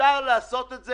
אפשר לעשות את זה